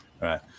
Right